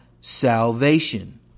salvation